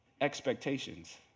expectations